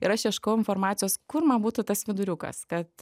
ir aš ieškojau informacijos kur man būtų tas viduriukas kad